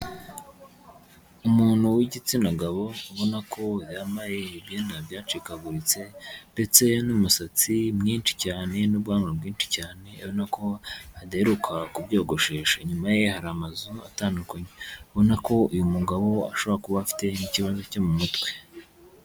Umuntu w'igitsina gabo ubona ko yambayeye ibyenda byacikaguritse ndetse n'umusatsi mwinshi cyane n'ubwanwa bwinshi cyane ubona ko adaheruka kubyogoshesha. Inyuma ye hari amazu atandukanye ubona ko uyu mugabo ashobora kuba afite ikibazo cyo mu mutwe.